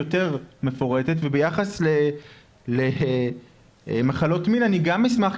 יותר מפורטת וביחס למחלות מין אני גם אשמח,